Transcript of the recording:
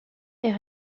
est